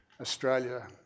Australia